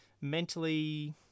mentally